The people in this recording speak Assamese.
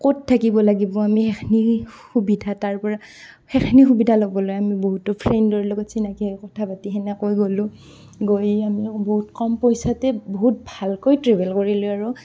ক'ত থাকিব লাগিব আমি সেইখিনি সুবিধা তাৰপৰা সেইখিনি সুবিধা ল'বলৈ আমি বহুতো ফ্ৰেণ্ডৰ লগত চিনাকি হৈ কথা পাতি সেনেকৈ গ'লোঁ গৈ আমি বহুত কম পইচাতে বহুত ভালকৈ ট্ৰেভেল কৰিলোঁ আৰু